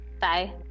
bye